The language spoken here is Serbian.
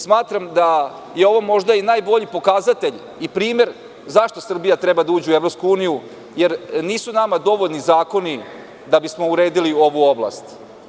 Smatram da je ovo možda i najbolji pokazatelj i primer zašto Srbija treba da uđe u EU, jer nisu nam dovoljni zakoni da bismo uredili ovu oblast.